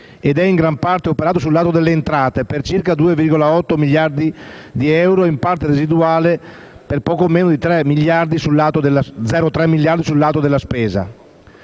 ed è in gran parte operato sul lato delle entrate, per circa 2,8 miliardi di euro, ed in parte residuale, per poco meno di 0,3 miliardi, sul lato della spesa.